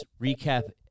recap